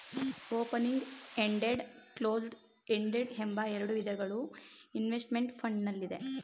opening ended, closed ended ಎಂಬ ಎರಡು ವಿಧಗಳು ಇನ್ವೆಸ್ತ್ಮೆಂಟ್ ಫಂಡ್ ನಲ್ಲಿದೆ